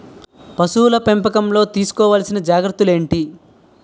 పశువుల పెంపకంలో తీసుకోవల్సిన జాగ్రత్తలు ఏంటి?